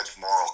moral